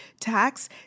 tax